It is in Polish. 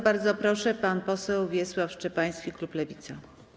Bardzo proszę, pan poseł Wiesław Szczepański, klub Lewica.